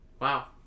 Wow